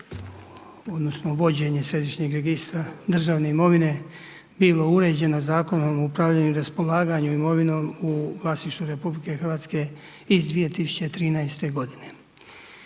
odnosno vođenje Središnjeg registra državne imovine bilo uređeno Zakonom o upravljanju i raspolaganju imovinom u vlasništvu RH iz 2013. godine.